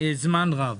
זמן רב.